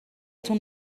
تون